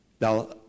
now